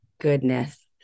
goodness